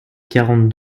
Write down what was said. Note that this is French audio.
quarante